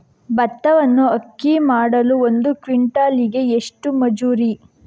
ಭತ್ತವನ್ನು ಅಕ್ಕಿ ಮಾಡಲು ಒಂದು ಕ್ವಿಂಟಾಲಿಗೆ ಎಷ್ಟು ಮಜೂರಿ?